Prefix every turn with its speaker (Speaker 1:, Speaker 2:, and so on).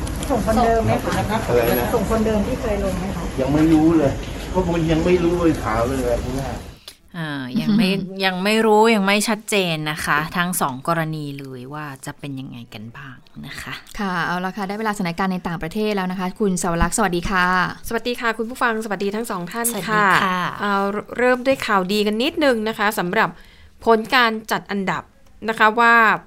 Speaker 1: ส่งคนเดิมไหมคะ?
Speaker 2: ส่งคนเดิม- อะไรนะ?
Speaker 1: ส่งคนเดิมที่เคยลงไหมคะ?
Speaker 2: ยังไม่รู้เลย เพราะผมยังไม่รู้เลยข่าวเลยแบบนี้
Speaker 3: อ่ะ ยังไม่- ยังไม่รู้ ยังไม่ชัดเจนนะคะ ทั้งสองกรณีเลยว่าจะเป็นยังไงกันบ้างนะคะ
Speaker 4: ค่ะ เอาละค่ะ ได้เวลาสถานการณ์ในต่างประเทศแล้วนะคะ คุณสวรักษ์สวัสดีค่ะ
Speaker 5: สวัสดีค่ะ คุณผู้ฟังสวัสดีทั้งสองท่านค่ะ
Speaker 4: สวัสดีค่ะ
Speaker 5: เอาเริ่มด้วยข่าวดีกันนิดนึงนะคะ สำหรับผลการจัดอันดับนะคะว่า